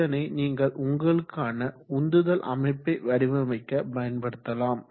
இதனை நீங்கள் உங்களுக்கான உந்துதல் அமைப்பை வடிவமைக்க பயன்படுத்தலாம்